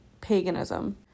paganism